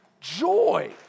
Joy